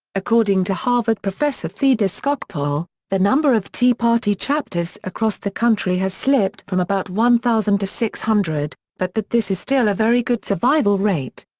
according to harvard professor theda skocpol, the number of tea party chapters across the country has slipped from about one thousand to six hundred, but that this is still a very good survival rate.